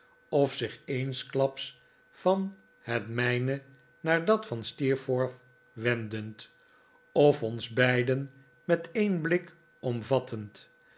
of zich eensklaps van het mijne naar dat van steerforth wendend juffrouw dartle's geheimzinnigheid of ons beiden met een blik omvattend